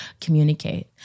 communicate